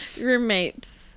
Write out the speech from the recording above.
Roommates